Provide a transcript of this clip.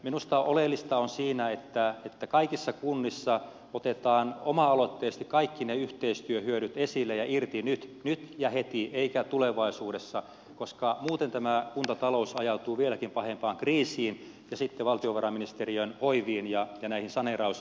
minusta oleellista siinä on että kaikissa kunnissa otetaan oma aloitteisesti kaikki ne yhteistyöhyödyt esille ja irti nyt nyt ja heti eikä tulevaisuudessa koska muuten tämä kuntatalous ajautuu vieläkin pahempaan kriisiin ja sitten valtiovarainministeriön hoiviin ja näihin saneerausmenettelyihin